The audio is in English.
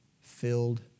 filled